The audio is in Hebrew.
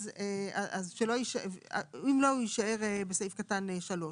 אז הוא יישאר בסעיף קטן (3).